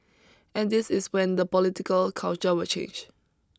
and this is when the political culture will change